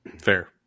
Fair